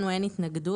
לנו אין התנגדות,